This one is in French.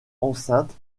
enceinte